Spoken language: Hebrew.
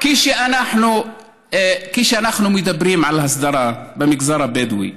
כשאנחנו מדברים על הסדרה במגזר הבדואי,